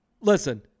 listen